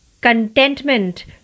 Contentment